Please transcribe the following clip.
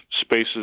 spaces